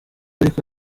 ariko